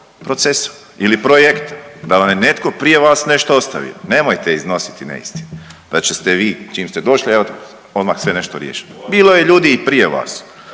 procesa ili projekta, da vam je netko prije vas nešto ostavio. Nemojte iznositi neistine, da će ste vi čim ste došli evo odmah sve nešto riješili, bilo je ljudi i prije vas.